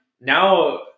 Now